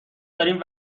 داریم